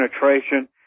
penetration